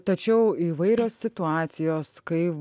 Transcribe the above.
tačiau įvairios situacijos kai